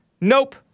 Nope